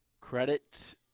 credit